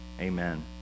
Amen